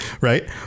Right